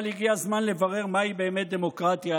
אבל הגיע הזמן לברר מהי באמת דמוקרטיה,